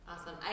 Awesome